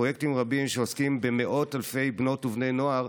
לפרויקטים רבים שעוסקים במאות אלפי בנות ובני נוער.